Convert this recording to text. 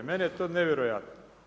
Meni je to nevjerojatno.